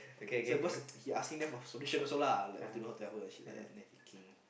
so what's he asking them for solution also lah like what to do how to help her shit like that then